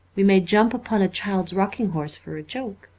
we may jump upon a child's rocking-horse for a joke.